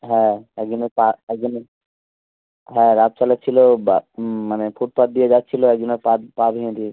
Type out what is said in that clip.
হ্যাঁ একজনের পা একজনের হ্যাঁ রাফ চালাচ্ছিলো মানে ফুটপাত দিয়ে যাচ্ছিলো একজনের পা পা ভেঙে দিয়েছে